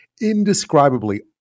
indescribably